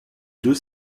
deux